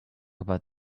about